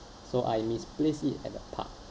so I misplaced it at the park